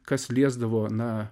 kas liesdavo na